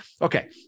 okay